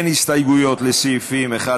התשע"ח 2017. אין הסתייגויות לסעיפים 1